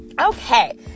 okay